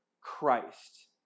Christ